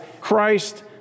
Christ